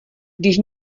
když